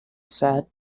said